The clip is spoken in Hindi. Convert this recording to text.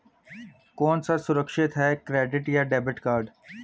कौन सा सुरक्षित है क्रेडिट या डेबिट कार्ड?